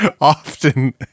often